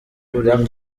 kuri